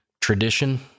tradition